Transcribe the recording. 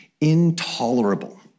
intolerable